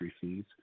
fees